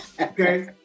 okay